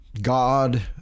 God